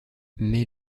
mais